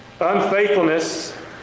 Unfaithfulness